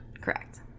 Correct